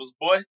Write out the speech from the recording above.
boy